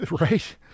Right